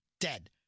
Dead